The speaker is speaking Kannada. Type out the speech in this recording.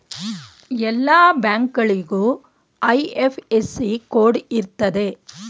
ಎಲ್ಲ ಬ್ಯಾಂಕ್ಗಳಿಗೂ ಐ.ಎಫ್.ಎಸ್.ಸಿ ಕೋಡ್ ಇರ್ತದೆ